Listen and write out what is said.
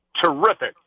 terrific